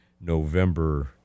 November